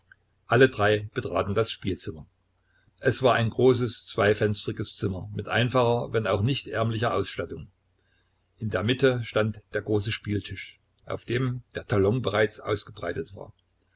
alle drei betraten das spielzimmer es war ein großes zweifenstriges zimmer mit einfacher wenn auch nicht ärmlicher ausstattung in der mitte stand der große spieltisch auf dem der talon bereits ausgebreitet war